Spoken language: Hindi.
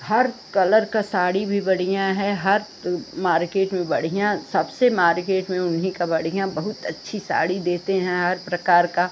हर कलर की साड़ी भी बढ़िया है हर तो मार्केट में बढ़िया सबसे मार्केट में उन्हीं का बढ़िया बहुत अच्छी साड़ी देते हैं हर प्रकार की